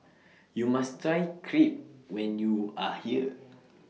YOU must Try Crepe when YOU Are here